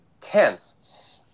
tense